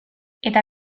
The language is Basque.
eta